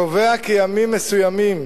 קובע כי ימים מסוימים,